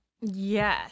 yes